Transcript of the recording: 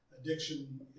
Addiction